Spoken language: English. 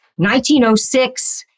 1906